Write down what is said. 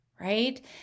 right